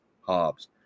Hobbs